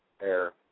air